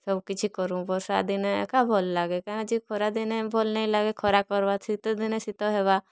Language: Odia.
ସବୁ କିଛି କରୁଁ ବର୍ଷା ଦିନେ ଏକା ଭଲ ଲାଗେ କାଣା ଯେ ଖରା ଦିନେ ଭଲ୍ ନାଇଁ ଲାଗେ ଖରା କର୍ବା ଶୀତ ଦିନେ ଶୀତ ହେବା